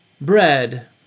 Bread